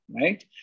right